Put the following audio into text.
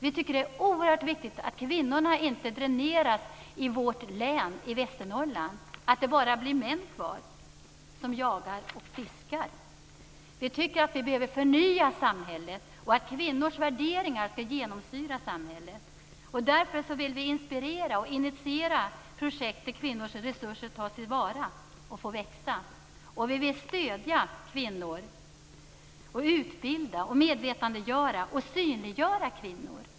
Vi tycker att det är oerhört viktigt att vårt län, Västernorrland, inte dräneras på kvinnor så att det bara blir män kvar, män som jagar och fiskar. Vi tycker att vi behöver förnya samhället och att kvinnors värderingar skall genomsyra samhället. Därför vill vi inspirera och initiera projekt där kvinnors resurser tas till vara och får växa. Vi vill stödja, utbilda, medvetandegöra och synliggöra kvinnor.